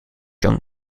young